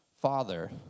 father